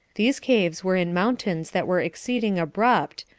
these caves were in mountains that were exceeding abrupt,